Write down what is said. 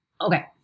Okay